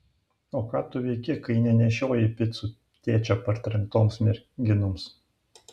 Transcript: o ką tu veiki kai nenešioji picų tėčio partrenktoms merginoms